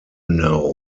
now